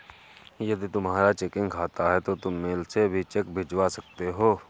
यदि तुम्हारा चेकिंग खाता है तो तुम मेल से भी चेक भिजवा सकते हो